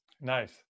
Nice